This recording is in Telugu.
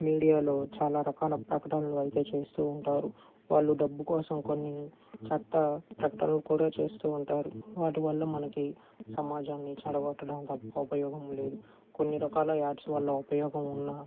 మీడియాలో చాలా రకాల ప్రకటనలు అయితే చేస్తూ ఉంటారు వాళ్ళు డబ్బు కోసం కొన్ని చెత్త ప్రకటనలు కూడా చేస్తూ ఉంటారు వాటి వల్ల మనకి సమాజాన్ని చెడగొట్టడం తప్ప ఉపయోగం లేదు కొన్ని రకాల యాడ్స్ వల్ల ఉపయోగం ఉన్నా